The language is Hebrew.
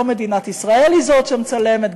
לא מדינת ישראל היא זאת שמצלמת,